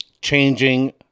changing